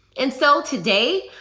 and so today,